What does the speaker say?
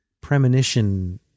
premonition